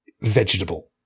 vegetable